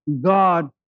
God